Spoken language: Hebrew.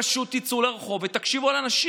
פשוט צאו לרחוב ותקשיבו לאנשים.